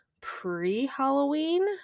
pre-Halloween